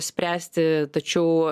spręsti tačiau